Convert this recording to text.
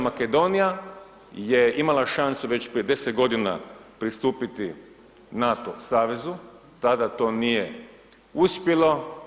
Makedonija je imala šansu već prije 10 godina pristupiti NATO savezu, tada to nije uspjelo.